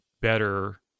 better